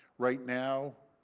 right now,